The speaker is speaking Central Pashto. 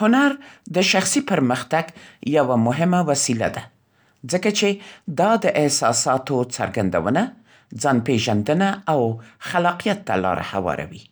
هنر د شخصي پرمختګ یوه مهمه وسیله ده، ځکه چې دا د احساساتو څرګندونه، ځان‌پېژندنه او خلاقیت ته لاره هواروي.